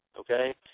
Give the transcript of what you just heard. okay